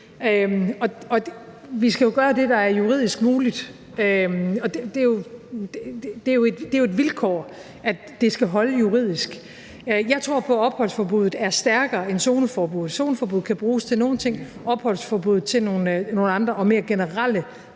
Vi skal jo gøre det, der er juridisk muligt, og det er jo et vilkår, at det skal holde juridisk. Jeg tror på, at opholdsforbuddet er stærkere end zoneforbuddet. Zoneforbuddet kan bruges til nogle ting, opholdsforbuddet til nogle andre og mere generelle